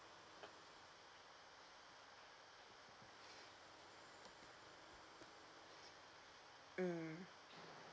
mm